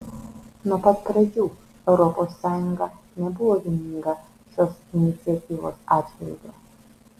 nuo pat pradžių europos sąjunga nebuvo vieninga šios iniciatyvos atžvilgiu